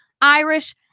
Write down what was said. Irish